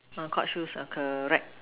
on court shoes are correct